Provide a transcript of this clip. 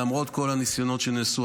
למרות כל הניסיונות שנעשו,